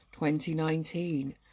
2019